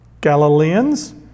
Galileans